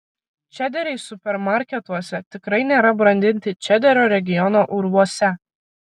čederiai supermarketuose tikrai nėra brandinti čederio regiono urvuose